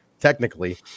technically